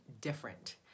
different